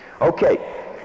Okay